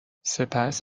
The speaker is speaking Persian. سپس